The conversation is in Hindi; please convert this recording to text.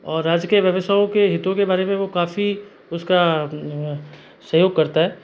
और आज के व्यवसायों के हितों के बारे में वो काफ़ी उसका सहयोग करता है